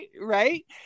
right